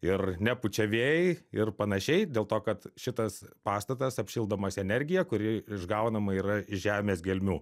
ir nepučia vėjai ir panašiai dėl to kad šitas pastatas apšildomas energija kuri išgaunama yra iš žemės gelmių